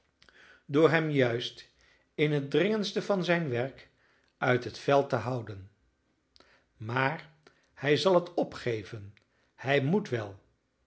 door hem juist in het dringendste van zijn werk uit het veld te houden maar hij zal het opgeven hij moet wel